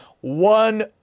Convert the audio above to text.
one